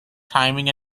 timing